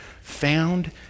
found